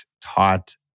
taught